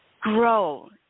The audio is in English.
grow